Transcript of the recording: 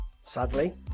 sadly